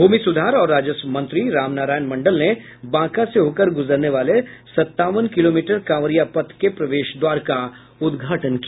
भूमि सुधार और राजस्व मंत्री रामनारायण मंडल ने बांका से होकर गुजरने वाले संतावन किलोमीटर कांवरियां पथ के प्रवेश द्वार का उद्घाटन किया